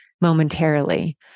momentarily